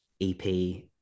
EP